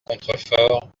contreforts